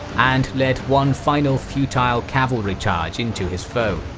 and led one final futile cavalry charge into his foe.